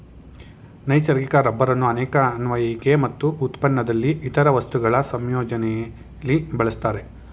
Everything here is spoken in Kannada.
ನೈಸರ್ಗಿಕ ರಬ್ಬರನ್ನು ಅನೇಕ ಅನ್ವಯಿಕೆ ಮತ್ತು ಉತ್ಪನ್ನದಲ್ಲಿ ಇತರ ವಸ್ತುಗಳ ಸಂಯೋಜನೆಲಿ ಬಳಸ್ತಾರೆ